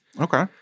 Okay